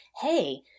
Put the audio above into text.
hey